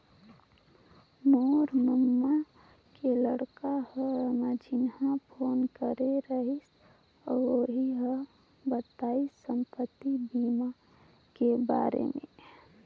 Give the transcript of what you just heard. मोर ममा के लइका हर मंझिन्हा फोन करे रहिस अउ ओही हर बताइस संपति बीमा के बारे मे